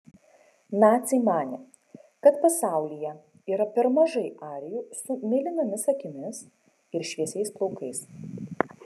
naciai manė kad pasaulyje yra per mažai arijų su mėlynomis akimis ir šviesiais plaukais